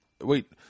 Wait